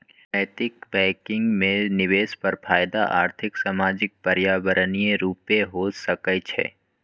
नैतिक बैंकिंग में निवेश पर फयदा आर्थिक, सामाजिक, पर्यावरणीय रूपे हो सकइ छै